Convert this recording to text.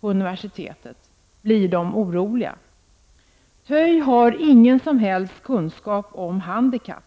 på universitetet blir de oroliga. TÖI har ingen som helst kunskap om handikapp.